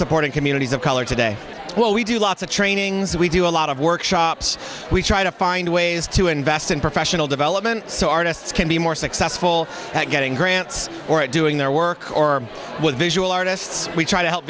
supporting communities of color today while we do lots of trainings we do a lot of workshops we try to find ways to invest in professional development so artists can be more successful at getting grants or doing their work or with visual artists we try to help